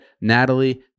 Natalie